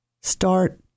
Start